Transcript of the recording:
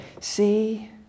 See